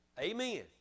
Amen